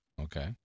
Okay